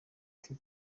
iti